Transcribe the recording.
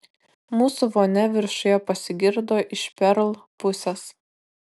mūsų vonia viršuje pasigirdo iš perl pusės